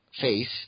face